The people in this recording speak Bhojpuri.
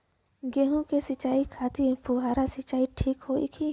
गेहूँ के सिंचाई खातिर फुहारा सिंचाई ठीक होखि?